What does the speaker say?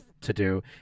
to-do